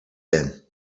been